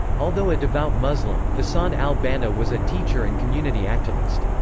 although a devout muslim, hassan al banna was a teacher and community activist.